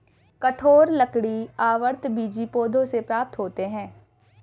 कठोर लकड़ी आवृतबीजी पौधों से प्राप्त होते हैं